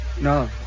No